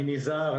אני נזהר,